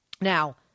Now